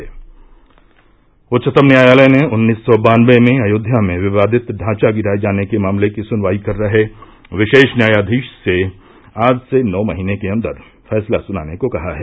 से से उच्चतम न्यायालय ने उन्नीस सौ बानबे में अयोध्या में विवादित ढांचा गिराए जाने के मामले की सुनवाई कर रहे विशेष न्यायाधीश से आज से नौ महीने के अंदर फैसला सुनाने को कहा है